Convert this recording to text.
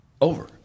over